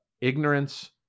ignorance